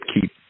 keep